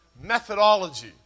Methodology